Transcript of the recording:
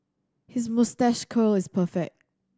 his moustache curl is perfect